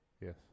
Yes